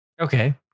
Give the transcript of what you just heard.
Okay